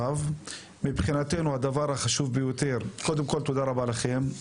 קודם כל, תודה רבה לכם,